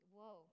Whoa